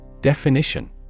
Definition